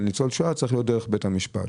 ניצול שואה צריך להיות דרך בית המשפט?